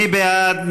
מי בעד?